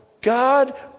God